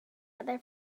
other